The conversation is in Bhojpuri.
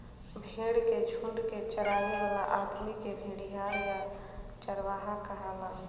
भेड़ के झुंड के चरावे वाला आदमी के भेड़िहार या चरवाहा कहाला